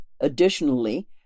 Additionally